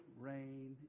rain